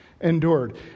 Endured